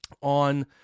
on